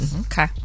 Okay